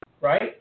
right